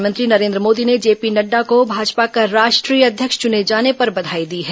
प्रधानमंत्री नरेंद्र मोदी ने जेपी नड्डा को भाजपा का राष्ट्रीय अध्यक्ष चुने जाने पर बधाई दी है